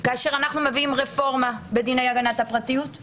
כאשר אנו מביאים רפורמה בדיני הגנת הפרטיות,